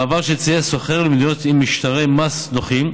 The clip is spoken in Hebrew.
מעבר של ציי סוחר למדינות עם משטרי מס נוחים.